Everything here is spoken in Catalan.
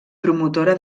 promotora